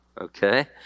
okay